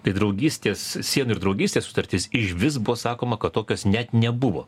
tai draugystės sienų ir draugystės sutartis išvis buvo sakoma kad tokios net nebuvo